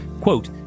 quote